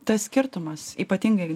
tas skirtumas ypatingai